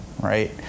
right